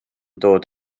dod